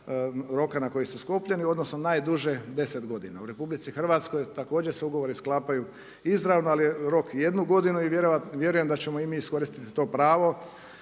roka na koji su sklopljeni, odnosno najduže 10 godina. U RH također se ugovori sklapaju izravno, ali je rok jednu godinu, i vjerujem da ćemo i mi iskoristiti to pravo